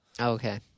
Okay